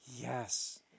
Yes